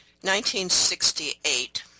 1968